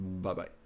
Bye-bye